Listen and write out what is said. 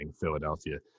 Philadelphia